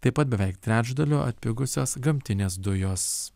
taip pat beveik trečdaliu atpigusios gamtinės dujos